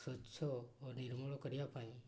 ସ୍ୱଚ୍ଛ ଓ ନିର୍ମଳ କରିବା ପାଇଁ